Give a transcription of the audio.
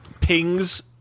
pings